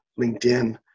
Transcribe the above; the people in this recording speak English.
LinkedIn